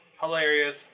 hilarious